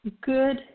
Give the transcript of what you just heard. good